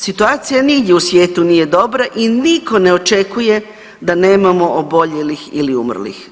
Situacija nigdje u svijetu nije dobra i nitko ne očekuje da nemamo oboljelih ili umrlih.